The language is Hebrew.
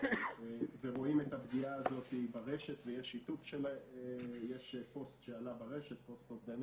ורואים את הפגיעה הזאת ברשת ויש פוסט אובדני שעלה ברשת,